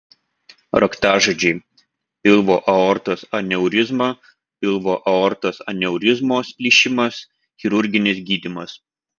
raktažodžiai pilvo aortos aneurizma pilvo aortos aneurizmos plyšimas chirurginis gydymas